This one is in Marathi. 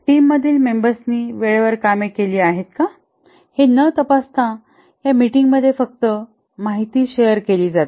टीम मधील मेंबर्सनी वेळेवर कामे केली आहेत का हे न तपासता ह्या मीटिंगमध्ये फक्त माहिती शेअर केली जाते